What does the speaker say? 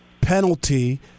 penalty